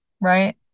right